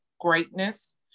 greatness